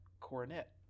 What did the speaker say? coronet